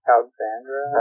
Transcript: Alexandra